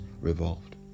revolved